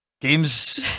game's